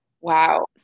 Wow